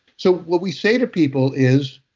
so, what we say to people is,